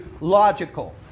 logical